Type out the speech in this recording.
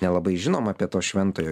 nelabai žinom apie to šventojo